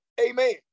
amen